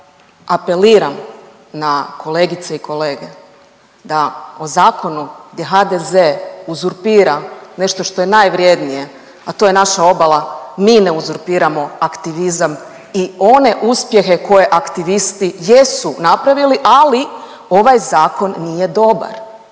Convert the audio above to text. apeliram na kolegice i kolege da o zakonu gdje HDZ uzurpira nešto što je najvrijednije, a to je naša obala, mi ne uzurpiramo aktivizam i one uspjehe koje aktivisti jesu napravili, ali ovaj zakon nije dobar,